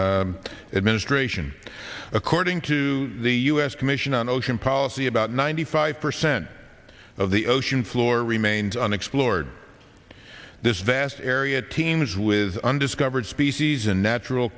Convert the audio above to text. abecedarian administration according to the u s commission on ocean policy about ninety five percent of the ocean floor remains unexplored this vast area teams with undiscovered species and natural